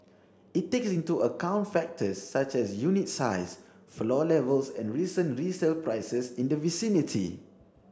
it takes into account factors such as unit size floor levels and recent resale prices in the vicinity